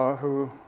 ah who,